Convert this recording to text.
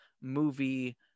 movie